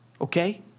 okay